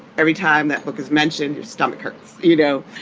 every time that book is mentioned, your stomach hurts, you know,